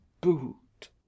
boot